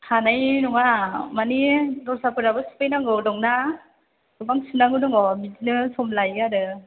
हानाय नङा माने दस्राफोराबो सुफैनांगौ दं ना गोबां सुनांगौ दङ बिदिनो सम लायो आरो